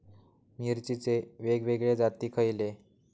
मिरचीचे वेगवेगळे जाती खयले?